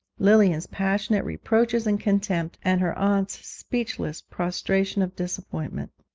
lilian's passionate reproaches and contempt, and her aunt's speechless prostration of disappointment.